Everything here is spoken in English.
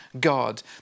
God